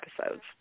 episodes